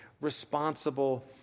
responsible